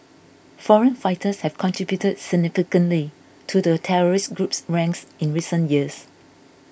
foreign fighters have contributed significantly to the terrorist group's ranks in recent years